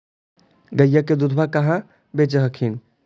गईया के दूधबा कहा बेच हखिन?